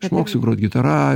išmoksiu grot gitara